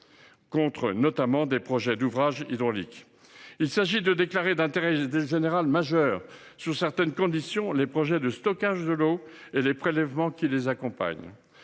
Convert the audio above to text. notamment autour de projets d’ouvrages hydrauliques. Il s’agit de déclarer d’intérêt général majeur, sous certaines conditions, les projets de stockage d’eau et les prélèvements qui les accompagnent.